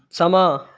ਸਮਾਂ